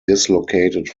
dislocated